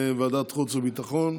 לוועדת החוץ והביטחון.